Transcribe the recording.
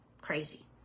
crazy